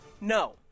no